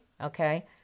Okay